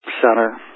center